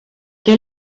què